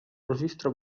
registre